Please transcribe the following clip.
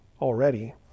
already